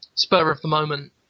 spur-of-the-moment